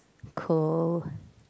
cool